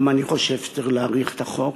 גם אני חושב שצריך להאריך את תוקף החוק,